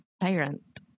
tyrant